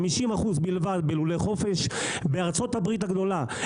50% בלבד נמצאים בלולי חופש; בארה"ב הגדולה,